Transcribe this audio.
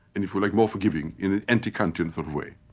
and if you like, more forgiving in an anti-kantian sort of way.